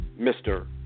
Mr